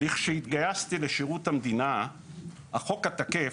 כשהתגייסתי לשירות המדינה החוק התקף,